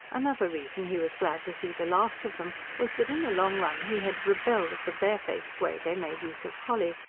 another reason he was glad to see the last of them was that, in the long run, he had rebelled at the barefaced way they made use of polly,